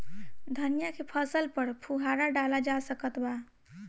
धनिया के फसल पर फुहारा डाला जा सकत बा?